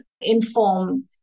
inform